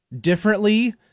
differently